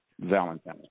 Valentine